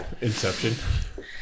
Inception